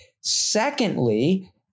Secondly